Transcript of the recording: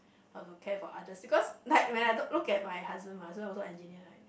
have to care for others because like when I look look at my husband mah my husband also engineer right